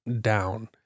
down